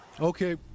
Okay